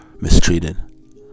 mistreated